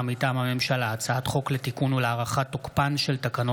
הצעת חוק סדר הדין הפלילי (סמכויות